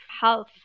health